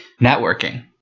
networking